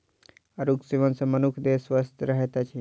आड़ूक सेवन सॅ मनुखक देह स्वस्थ रहैत अछि